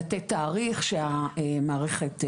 לתת תאריך שהמערכת עולה.